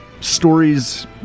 Stories